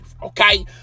Okay